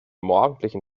morgendlichen